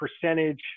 percentage